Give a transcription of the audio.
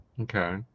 Okay